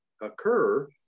occur